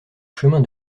chemin